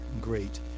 great